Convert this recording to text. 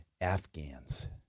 Afghans